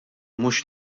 mhux